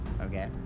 Okay